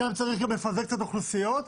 שם צריך לפזר אוכלוסיות,